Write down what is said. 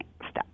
steps